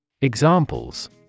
Examples